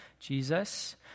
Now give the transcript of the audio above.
Jesus